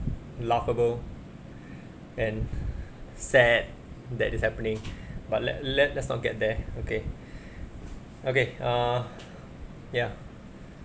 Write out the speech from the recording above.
laughable and sad that is happening but let let us not get there okay okay uh ya